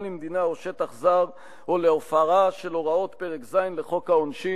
למדינה או לשטח זר או להפרה של הוראות פרק ז' לחוק העונשין,